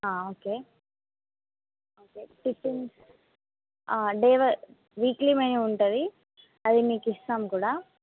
okay okay tiffins weekly menu ఉంటుంది అది మీకు ఇస్తాం కూడా